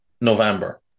November